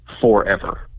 forever